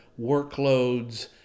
workloads